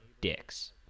dicks